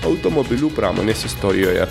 automobilių pramonės istorijoje